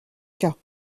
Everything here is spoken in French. cas